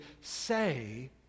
say